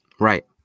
Right